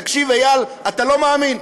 תקשיב, איל, אתה לא מאמין.